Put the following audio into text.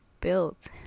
built